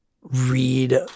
read